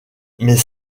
mais